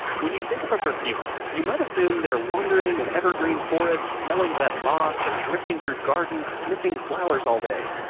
when you think of a perfumer you might assume that they're wandering an evergreen forest smelling wet moss or drifting through gardens sniffing flowers all day.